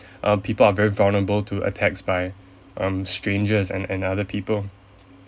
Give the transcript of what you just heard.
um people are very vulnerable to attacks by um strangers and and other people